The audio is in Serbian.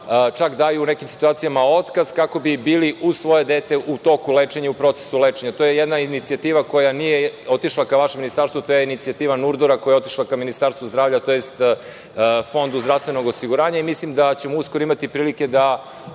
čak daju u nekim situacijama otkaz kako bi bili uz svoje dete u toku lečenja, u procesu lečenja. To jedna inicijativa koja nije otišla ka vašem ministarstvu, to je inicijativa NURDOR-A koja je otišla ka Ministarstvu zdravlja odnosno Fondu zdravstvenog osiguranja i mislim da ćemo uskoro imati prilike da